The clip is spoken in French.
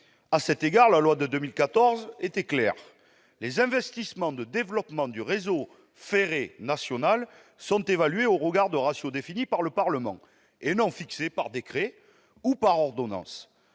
À cet égard, la loi de 2014 était claire : les investissements de développement du réseau ferré national sont évalués au regard de ratios définis par le Parlement, et non fixés par décret ou ordonnance.